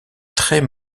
très